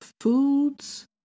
foods